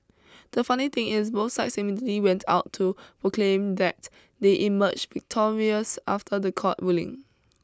the funny thing is both sides immediately went out to proclaim that they emerged victorious after the court ruling